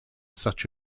such